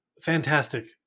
fantastic